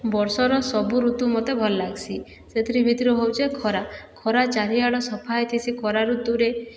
ବର୍ଷର ସବୁ ଋତୁ ମୋତେ ଭଲ ଲାଗ୍ସି ସେଥିରି ଭିତିରୁ ହେଉଛି ଖରା ଖରା ଚାରି ଆଡ଼ ସଫା ହୋଇଥିସି ଖରା ଋତୁରେ